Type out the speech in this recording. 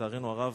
לצערנו הרב,